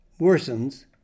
worsens